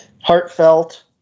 heartfelt